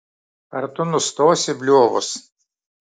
ar tu nustosi bliovus